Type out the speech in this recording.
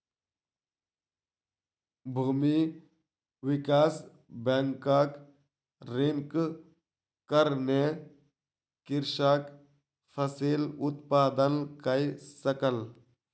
भूमि विकास बैंकक ऋणक कारणेँ कृषक फसिल उत्पादन कय सकल